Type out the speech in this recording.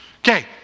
Okay